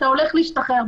אתה הולך להשתחרר,